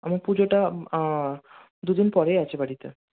আমার পুজোটা দুদিন পরেই আছে বাড়িতে